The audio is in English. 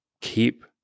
Keep